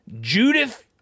Judith